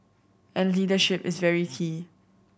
and leadership is very key